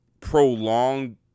prolonged